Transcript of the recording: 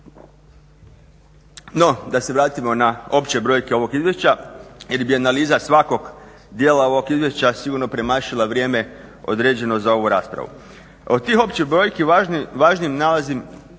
No, da se vratimo na opće brojke ovog izvješća jer bi analiza svakog dijela ovog izvješća sigurno premašila vrijeme određeno za ovu raspravu. Od tih općih brojki važnim nalazim